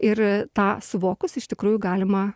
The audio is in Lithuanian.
ir tą suvokus iš tikrųjų galima